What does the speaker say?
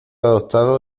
adoptado